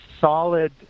solid